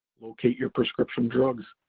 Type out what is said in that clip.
locate your prescription drugs,